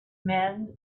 men